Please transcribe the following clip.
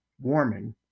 warming